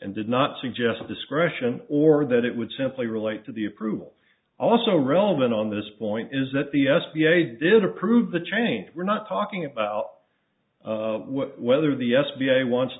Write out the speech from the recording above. and did not suggest discretion or that it would simply relate to the approval also relevant on this point is that the s b a did approve the change we're not talking about whether the s b a wants to